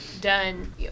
done